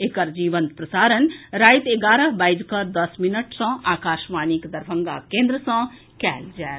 एकर जीवंत प्रसारण राति एगारह बाजि कऽ दस मिनट सँ आकाशवाणीक दरभंगा केन्द्र सँ कयल जायत